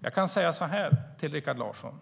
Jag kan säga följande till Rikard Larsson.